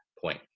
point